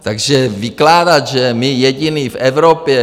Takže vykládat, že my jediní v Evropě...